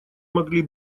могли